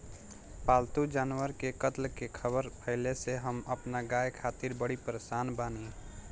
पाल्तु जानवर के कत्ल के ख़बर फैले से हम अपना गाय खातिर बड़ी परेशान बानी